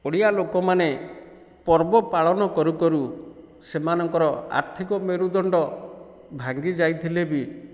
ଓଡ଼ିଆ ଲୋକମାନେ ପର୍ବ ପାଳନ କରୁ କରୁ ସେମାନଙ୍କର ଆର୍ଥିକ ମେରୁଦଣ୍ଡ ଭାଙ୍ଗି ଯାଇଥିଲେବି